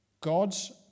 God's